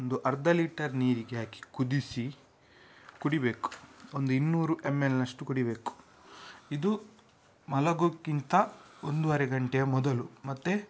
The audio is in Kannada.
ಒಂದು ಅರ್ಧ ಲೀಟರ್ ನೀರಿಗೆ ಹಾಕಿ ಕುದಿಸಿ ಕುಡಿಬೇಕು ಒಂದು ಇನ್ನೂರು ಎಮ್ ಎಲ್ಲಿನಷ್ಟು ಕುಡಿಬೇಕು ಇದು ಮಲಗೋಕ್ಕಿಂತ ಒಂದುವರೆ ಗಂಟೆಯ ಮೊದಲು ಮತ್ತೆ